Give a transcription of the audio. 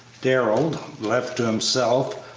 darrell, left to himself,